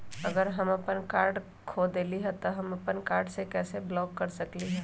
अगर हम अपन कार्ड खो देली ह त हम अपन कार्ड के कैसे ब्लॉक कर सकली ह?